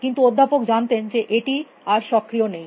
কিন্তু অধ্যাপক জানতেন যে এটি আর সক্রিয় নেই